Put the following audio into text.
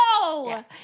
No